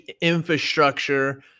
infrastructure